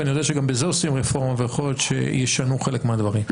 ואני יודע שגם בזה עושים רפורמה ויכול להיות שישנו חלק מהדברים,